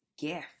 gift